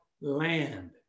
land